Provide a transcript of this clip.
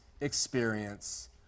experience